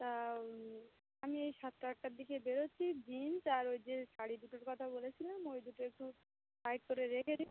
তা আমি এই সাতটা আটটার দিকে বেরোচ্ছি জিন্স আর ওই যে শাড়ি দুটোর কথা বলেছিলাম ওই দুটো একটু সাইড করে রেখে দিন